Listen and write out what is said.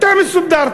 אתה מסודר,